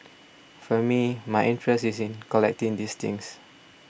for me my interest is in collecting these things